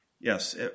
Yes